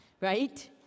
right